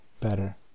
better